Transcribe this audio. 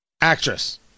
actress